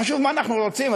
חשוב מה אנחנו רוצים,